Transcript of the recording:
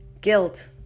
guilt